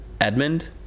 Edmund